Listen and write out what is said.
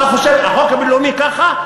אתה חושב שהחוק הבין-לאומי ככה?